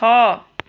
ଛଅ